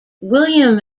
william